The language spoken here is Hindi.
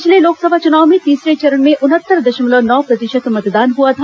पिछले लोकसभा चुनाव में तीसरे चरण में उनहत्तर दशमलव नौ प्रतिशत मतदान हुआ था